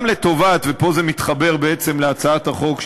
פה זה מתחבר בעצם להצעת החוק,